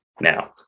Now